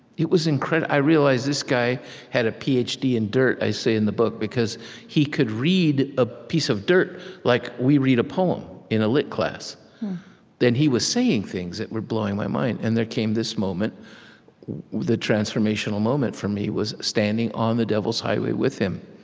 it was incredible. i realized, this guy had a ph d. in dirt, i say in the book, because he could read a piece of dirt like we read a poem in a lit class then he was saying things that were blowing my mind and there came this moment the transformational moment, for me, was standing on the devil's highway with him.